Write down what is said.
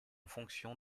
fonction